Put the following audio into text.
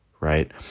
right